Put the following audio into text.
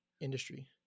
industry